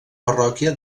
parròquia